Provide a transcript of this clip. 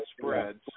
spreads